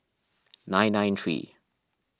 nine nine three